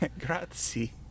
grazie